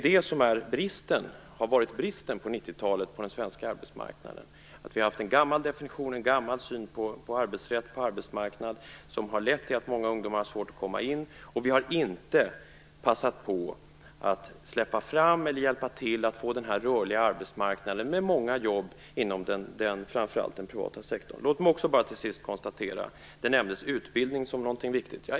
Det som har varit bristen på 90-talets svenska arbetsmarknad har varit att vi har haft en gammal definition av och syn på arbetsrätt och arbetsmarknad, vilket har lett till att många ungdomar haft svårt att komma in. Vi har inte hjälpt till med att få en rörlig arbetsmarknad med många jobb inom framför allt den privata sektorn. Låt mig till sist bara konstatera att utbildning nämndes som någonting viktigt.